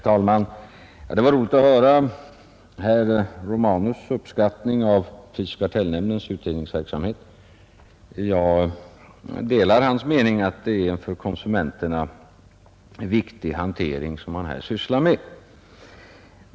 Herr talman! Det var roligt att höra herr Romanus” uppskattning av prisoch kartellnämndens utredningsverksamhet. Jag delar hans mening att det är en för konsumenterna viktig hantering som man här sysslar med.